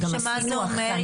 מה זה אומר?